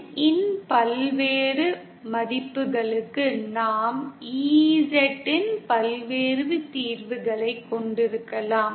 N இன் பல்வேறு மதிப்புகளுக்கு நாம் EZ இன் பல்வேறு தீர்வுகளைக் கொண்டிருக்கலாம்